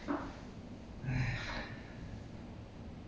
it's not easy nothing is easy